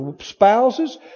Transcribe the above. spouses